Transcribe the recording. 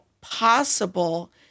possible